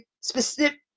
specific